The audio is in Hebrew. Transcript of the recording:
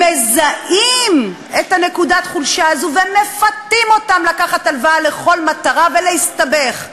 מזהים את נקודת החולשה הזו ומפתים אותם לקחת הלוואה לכל מטרה ולהסתבך.